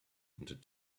wanted